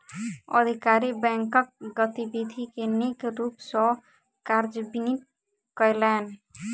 अधिकारी बैंकक गतिविधि के नीक रूप सॅ कार्यान्वित कयलैन